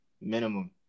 Minimum